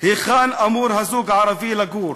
היכן אמור הזוג הערבי לגור?